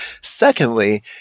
Secondly